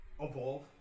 evolve